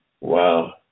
Wow